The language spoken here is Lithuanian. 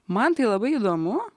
man tai labai įdomu